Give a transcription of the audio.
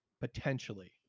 Potentially